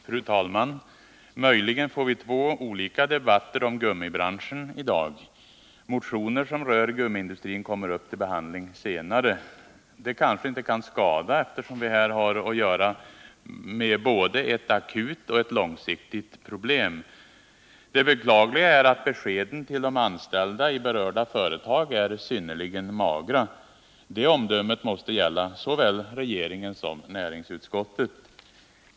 Fru talman! Möjligen får vi i dag två olika debatter om gummibranschen. eftersom motioner som rör gummiindustrin kommer upp till behandling senare på dagen. Det skadar kanske inte, då vi här har att göra med både ett akut och ett långsiktigt problem. Det beklagliga är att beskeden till de anställda i berörda företag är synnerligen magra. Detta omdöme måste gälla såväl regeringen som näringsutskottet.